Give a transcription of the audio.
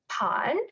pod